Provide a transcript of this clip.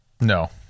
No